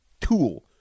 tool